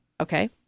Okay